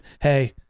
hey